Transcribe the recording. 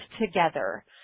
together